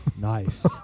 Nice